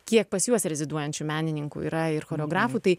kiek pas juos reziduojančių menininkų yra ir choreografų tai